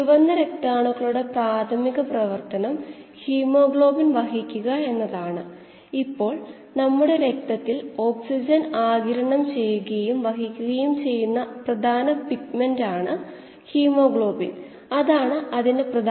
കീമോസ്റ്റാറ്റുകൾ പ്രവർത്തനം ആരംഭിക്കുമ്പോൾ ഇവിടെ ഒരു ഫീഡിൽ ആരംഭിക്കുന്ന ഒരു പാത്രം നമ്മൾക്ക് ഉണ്ടാകും അതിനുമുമ്പ് ഒന്നും തന്നെയില്ല